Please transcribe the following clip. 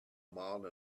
mile